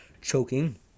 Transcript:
choking